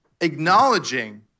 acknowledging